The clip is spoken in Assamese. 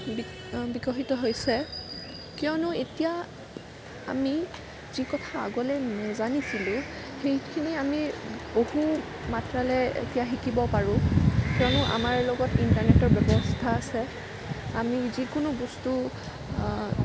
বিক বিকশিত হৈছে কিয়নো এতিয়া আমি যি কথা আগতে নাজানিছিলো সেইখিনি আমি বহু মাত্ৰালৈ এতিয়া শিকিব পাৰোঁ কিয়নো আমাৰ লগত ইণ্টাৰনেটৰ ব্যৱস্থা আছে আমি যিকোনো বস্তু